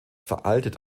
veraltet